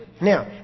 Now